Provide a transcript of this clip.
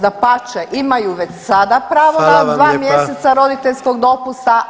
Dapače, imaju već sada pravo na 2 mjeseca [[Upadica: Hvala vam lijepa.]] roditeljskog dopusta, a i u primjeni [[Upadica: Kolegice Murganić.]] je prihvaćanje direktive o 10 dana plaćenog dopusta.